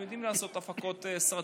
הם יודעים לעשות הפקות טובות של סרטים.